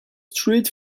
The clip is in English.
street